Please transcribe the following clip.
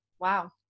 Wow